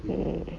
mm